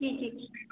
जी जी